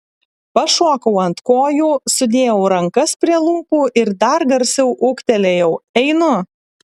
pašokau ant kojų sudėjau rankas prie lūpų ir dar garsiau ūktelėjau einu